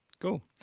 Cool